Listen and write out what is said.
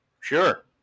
Sure